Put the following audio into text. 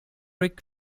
ric